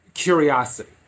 Curiosity